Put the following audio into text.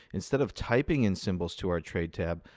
instead of typing in symbols to our trade tab,